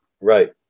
Right